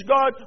God